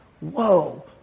whoa